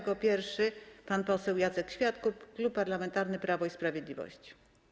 Jako pierwszy pan poseł Jacek Świat, Klub Parlamentarny Prawo i Sprawiedliwość.